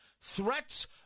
threats